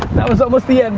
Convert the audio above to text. that was almost the end,